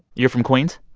you're from queens?